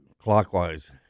clockwise